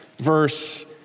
verse